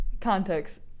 context